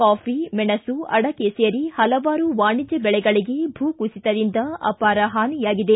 coffee ಮೆಣಸು ಅಡಕೆ ಸೇರಿ ಹಲವಾರು ವಾಣಿಜ್ಯ ಬೆಳೆಗಳಿಗೆ ಭೂಕುಸಿತದಿಂದ ಅಪಾರ ಹಾನಿಯಾಗಿದೆ